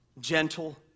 gentle